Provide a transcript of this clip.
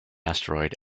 asteroid